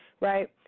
right